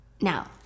Now